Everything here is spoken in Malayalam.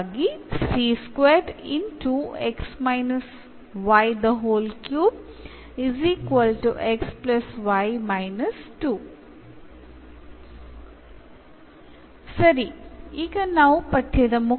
സെപ്പറേഷൻ ഓഫ് വേരിയബിൾസിനെ കുറിച്ച് നമ്മൾ പഠിച്ചു